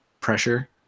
pressure